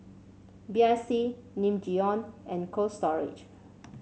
B I C Nin Jiom and Cold Storage